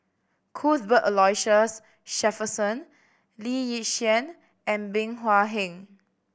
Cuthbert Aloysius Shepherdson Lee Yi Shyan and Bey Hua Heng